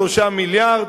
3-2 מיליארד,